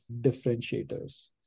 differentiators